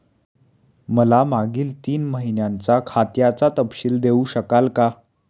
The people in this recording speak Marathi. मला मागील तीन महिन्यांचा खात्याचा तपशील देऊ शकाल का?